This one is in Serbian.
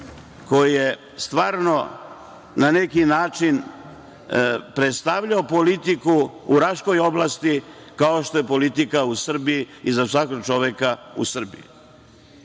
koji stvarno na neki način predstavlja politiku u Raškoj oblasti kao što je politika u Srbiji i za svakog čoveka u Srbiji. Isto